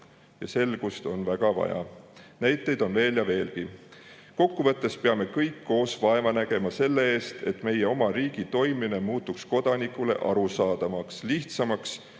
tegelikult väga vaja. Näiteid on veel ja veel. Kokkuvõttes peame kõik koos vaeva nägema selle nimel, et meie oma riigi toimimine muutuks kodanikule arusaadavamaks, lihtsamaks